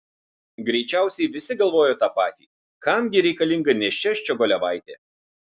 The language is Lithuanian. greičiausiai visi galvojo tą patį kam gi reikalinga nėščia ščiogolevaitė